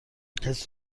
کسی